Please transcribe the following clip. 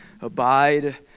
Abide